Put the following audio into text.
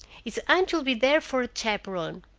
his aunt will be there for a chaperon.